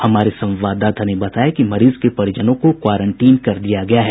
हमारे संवाददाता ने बताया कि मरीज के परिजनों को क्वारंटीन कर दिया गया है